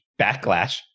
backlash